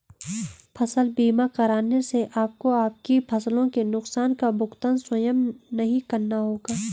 फसल बीमा कराने से आपको आपकी फसलों के नुकसान का भुगतान स्वयं नहीं करना होगा